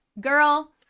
Girl